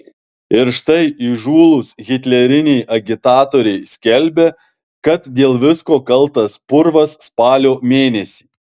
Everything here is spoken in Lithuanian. ir štai įžūlūs hitleriniai agitatoriai skelbia kad dėl visko kaltas purvas spalio mėnesį